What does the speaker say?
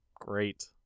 great